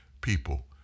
people